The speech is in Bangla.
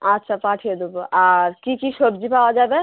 আচ্ছা পাঠিয়ে দেবো আর কী কী সবজি পাওয়া যাবে